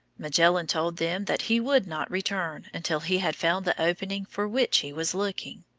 magellan told them that he would not return until he had found the opening for which he was looking.